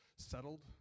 settled